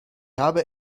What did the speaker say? habe